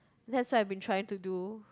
that's what I've been trying to do